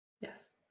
Yes